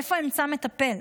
איפה אמצא מטפל?